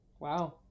Wow